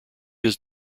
his